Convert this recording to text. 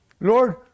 Lord